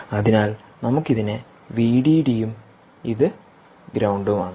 അതിനാൽ നമുക്ക് ഇതിനെ വിഡിഡിയും ഇത് ഗ്രൌണ്ടും ആണ്